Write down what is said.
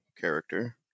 character